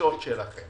לדרישות שלכם.